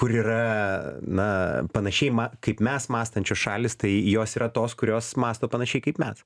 kur yra na panašiai kaip mes mąstančios šalys tai jos yra tos kurios mąsto panašiai kaip mes